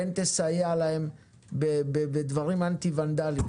תסייע להם בדברים אנטי-ונדליים.